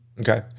Okay